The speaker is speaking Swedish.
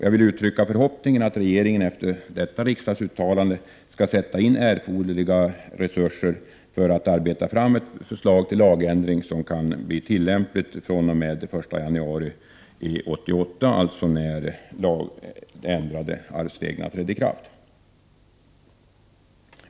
Jag vill uttrycka förhoppningen att regeringen efter detta riksdagsuttalande skall sätta in erforderliga resurser för att arbeta fram ett förslag till lagändringar, som kan bli tillämpliga från och med den 1 januari 1988, dvs. när de ändrade arvsreglerna trädde i kraft.